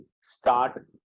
start